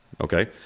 okay